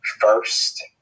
first